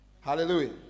Hallelujah